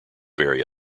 very